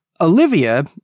Olivia